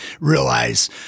realize